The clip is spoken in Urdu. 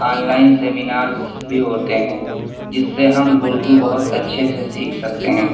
آن لائن سیمینارز بھی ہوتے ہیں جس سے ہم اردو بہت اچّھے سے سیکھ سکتے ہیں